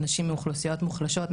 נשים מאוכלוסיות מוחלשות,